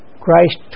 Christ